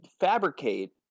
fabricate